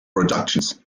productions